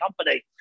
company